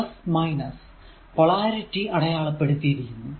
polarity അടയാളപ്പെടുത്തിയിരിക്കുന്നു